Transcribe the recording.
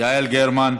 יעל גרמן,